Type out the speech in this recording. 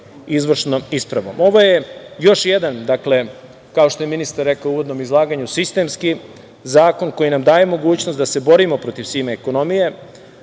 izvršnom ispravom. Ovo je još jedan, dakle, kao što je ministar rekao u uvodnom izlaganju, sistemski zakon koji nam daje mogućnost da se borimo protiv sive ekonomije,